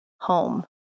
home